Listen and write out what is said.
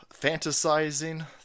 Fantasizing